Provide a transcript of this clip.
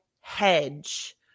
hedge